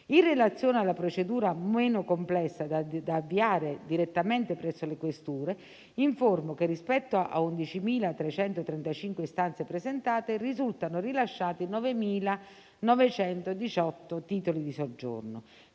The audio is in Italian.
In relazione alla procedura meno complessa da avviare direttamente presso le questure, informo che rispetto a 11.335 istanze presentate, risultano rilasciati 9.918 titoli di soggiorno.